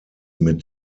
mit